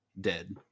dead